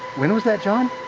when was that, john?